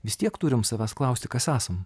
vis tiek turim savęs klausti kas esam